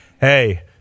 hey –